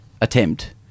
attempt